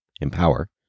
Empower